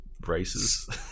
races